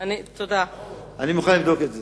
אני מוכן לבדוק את זה.